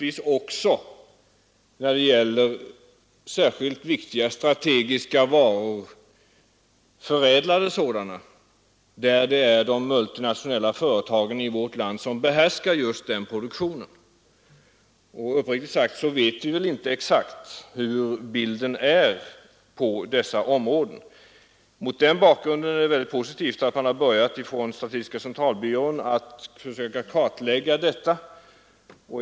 Även en del av produktionen av från strategisk synpunkt viktiga förädlade varor behärskas av multinationella företag i vårt land. Uppriktigt sagt vet vi väl inte exakt hurudan bilden är på detta område. Mot den bakgrunden är det positivt att statistiska centralbyrån har börjat försöka kartlägga detta.